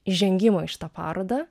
įžengimo į šitą parodą